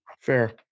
Fair